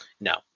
No